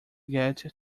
get